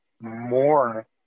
more